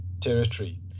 territory